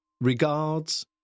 Regards